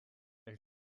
elle